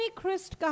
Christ